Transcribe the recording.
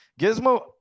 Gizmo